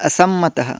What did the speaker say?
असम्मतः